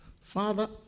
Father